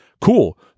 Cool